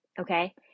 okay